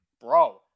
bro